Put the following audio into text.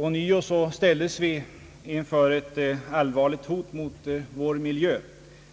Ånyo ställdes vi inför ett allvarligt hot mot vår miljö,